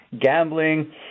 gambling